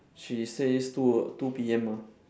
she says two two P_M mah